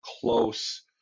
close